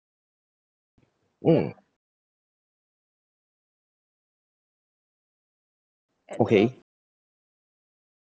mm okay